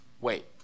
Wait